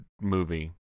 movie